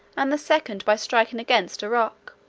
and the second by striking against a rock.